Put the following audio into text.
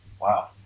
Wow